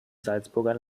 salzburger